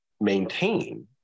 maintain